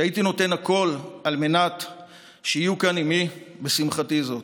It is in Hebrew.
שהייתי נותן הכול על מנת שיהיו כאן עימי בשמחתי זאת.